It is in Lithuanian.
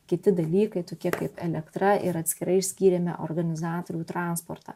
kiti dalykai tokie kaip elektra ir atskirai išskyrėme organizatorių transportą